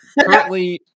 currently